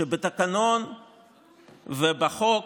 שבתקנון ובחוק,